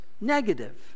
negative